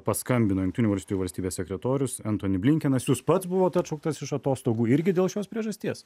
paskambino jungtinių valstijų valstybės sekretorius entoni blinkenas jūs pats buvot atšauktas iš atostogų irgi dėl šios priežasties